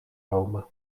rome